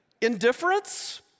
Indifference